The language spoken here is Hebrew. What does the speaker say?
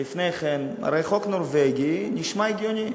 לפני כן: הרי חוק נורבגי נשמע הגיוני.